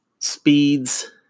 speeds